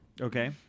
Okay